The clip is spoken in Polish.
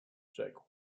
rzekł